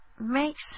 makes